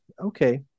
Okay